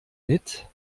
mit